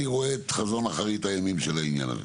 רואה את חזון אחרית הימים של העניין הזה.